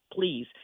Please